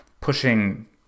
pushing